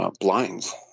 blinds